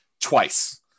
twice